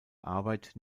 arbeit